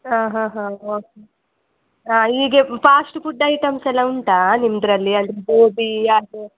ಹಾಂ ಹಾಂ ಹಾಂ ಹಾಂ ಹೀಗೆ ಫಾಶ್ಟ್ ಫುಡ್ ಐಟಮ್ಸ್ ಎಲ್ಲ ಉಂಟಾ ನಿಮ್ಮದ್ರಲ್ಲಿ ಅಂದರೆ ಗೋಬಿ ಅದು